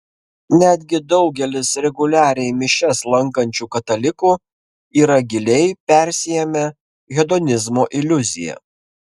netgi daugelis reguliariai mišias lankančių katalikų yra giliai persiėmę hedonizmo iliuzija